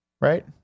right